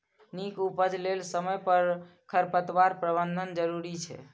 नीक उपज लेल समय पर खरपतवार प्रबंधन जरूरी छै